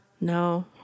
No